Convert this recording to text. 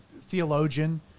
theologian